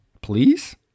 Please